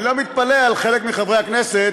אני לא מתפלא על חלק מחברי הכנסת